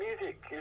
music